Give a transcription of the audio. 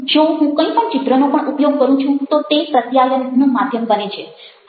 જો હું કંઈ પણ ચિત્રનો પણ ઉપયોગ કરું છું તો તે પ્રત્યાયન માધ્યમ બને છે